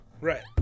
Right